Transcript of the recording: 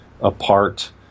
apart